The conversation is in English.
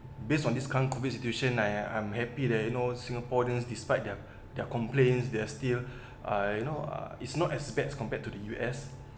based on this current COVID situation I I'm happy that you know singapore then despite their their complaints they're still uh you know uh it's not as bad as compared to the U_S